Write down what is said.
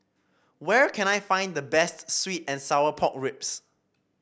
where can I find the best sweet and Sour Pork Ribs